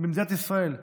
במדינת ישראל.